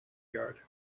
yard